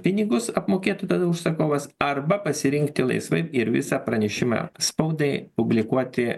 pinigus apmokėt užsakovas arba pasirinkti laisvai ir visą pranešimą spaudai publikuoti